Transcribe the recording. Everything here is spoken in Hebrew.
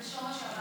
זה שורש הבעיה.